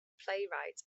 playwright